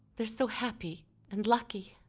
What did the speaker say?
they're so happy and lucky.